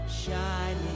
shining